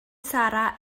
sarra